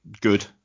good